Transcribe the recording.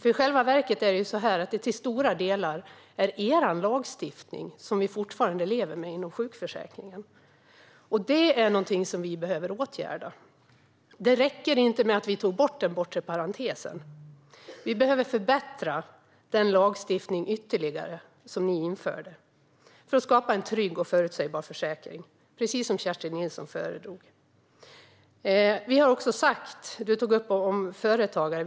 I själva verket är det ju till stora delar er lagstiftning som vi fortfarande lever med inom sjukförsäkringen, och det är någonting som vi behöver åtgärda. Det räckte inte att vi tog bort den bortre parentesen. Vi behöver ytterligare förbättra den lagstiftning som ni införde för att skapa en trygg och förutsägbar försäkring, precis som Kerstin Nilsson framförde. Solveig Zander tog upp företagare.